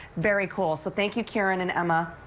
very cool so thank you, karen and emma.